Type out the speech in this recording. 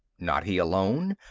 not he alone,